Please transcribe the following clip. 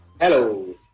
Hello